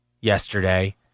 Yesterday